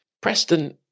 Preston